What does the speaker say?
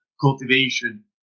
cultivation